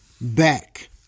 back